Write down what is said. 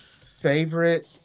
favorite